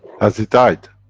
has he died?